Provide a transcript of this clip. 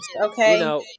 okay